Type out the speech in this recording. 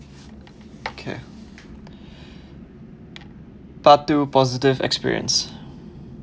okay part two positive experience